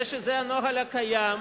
זה שזה הנוהל הקיים,